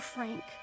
Frank